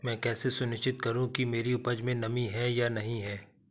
मैं कैसे सुनिश्चित करूँ कि मेरी उपज में नमी है या नहीं है?